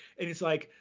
and it's like,